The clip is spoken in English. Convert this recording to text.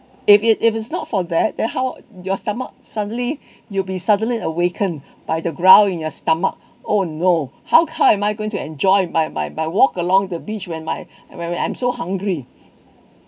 if it if it's not for that then how your stomach suddenly you'll be suddenly awakened by the ground in your stomach oh no how come am I going to enjoy my my my walk along the beach when my when when I'm so hungry